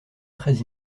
très